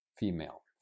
Female